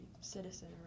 citizen